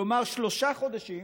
כלומר, שלושה חודשים